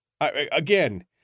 Again